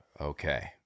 okay